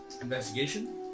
Investigation